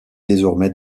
désormais